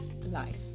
life